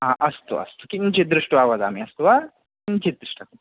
आ अस्तु अस्तु किञ्चिद् दृष्ट्वा वदामि अस्तु वा किञ्चित् दृष्ट्वा